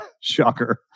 shocker